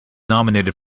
nominated